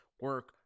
Work